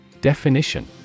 Definition